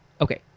Okay